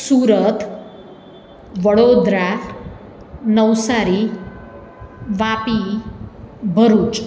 Surat Vadodara Navsari Vapi Bharuch